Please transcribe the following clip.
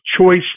choice